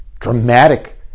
dramatic